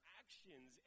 actions